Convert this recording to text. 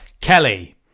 kelly